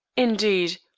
indeed,